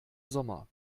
sommer